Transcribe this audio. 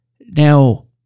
Now